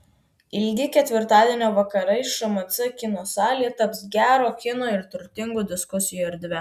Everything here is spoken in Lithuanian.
ilgi ketvirtadienio vakarai šmc kino salėje taps gero kino ir turtingų diskusijų erdve